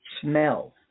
Smell